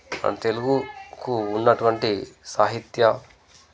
మన తెలుగుకు ఉన్నటువంటి సాహిత్య